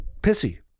pissy